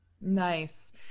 nice